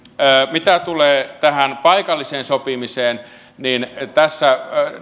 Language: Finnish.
mitä tulee tähän paikalliseen sopimiseen niin tässä